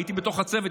הייתי בתוך הצוות,